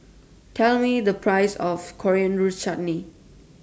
Tell Me The Price of Coriander Chutney